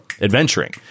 adventuring